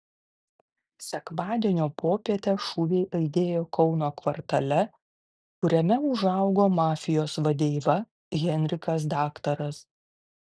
sekmadienio popietę šūviai aidėjo kauno kvartale kuriame užaugo mafijos vadeiva henrikas daktaras